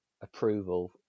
approval